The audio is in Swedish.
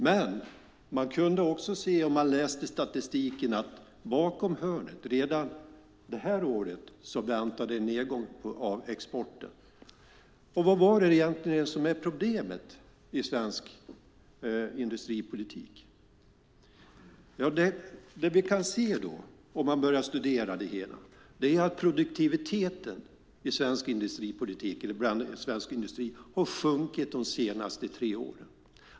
Men om man läste statistiken kunde man också se att det bakom hörnet redan det här året väntade en nedgång av exporten. Vad är egentligen problemet i svensk industripolitik? Det man kan se, om man börjar studera det hela, är att produktiviteten i svensk industri har sjunkit de senaste tre åren.